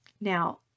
Now